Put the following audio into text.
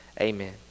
amen